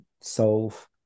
solve